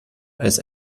als